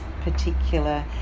particular